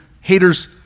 haters